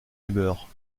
humeur